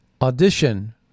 audition